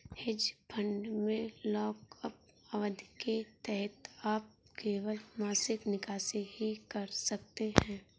hedge fund में lockup अवधि के तहत आप केवल मासिक निकासी ही कर सकते हैं